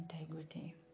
integrity